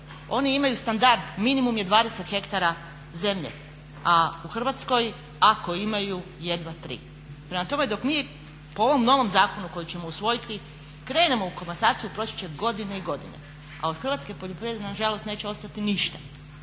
Oni imaju standard, minimum je 20 hektara zemlje. A u Hrvatskoj ako imaju jedva 3. Prema tome, dok mi po ovom novom zakonu koji ćemo usvojiti krenemo u komasaciju proći će godine i godine. A od hrvatske poljoprivrede nažalost neće ostati ništa.